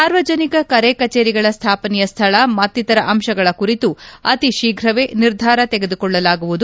ಸಾರ್ವಜನಿಕ ಕರೆ ಕಚೇರಿಗಳ ಸ್ವಾಪನೆಯ ಸ್ಥಳ ಮತ್ತಿತರ ಅಂಶಗಳ ಕುರಿತು ಅತಿ ಶೀಘವೇ ನಿರ್ಧಾರ ತೆಗೆದುಕೊಳ್ಳಲಾಗುವುದು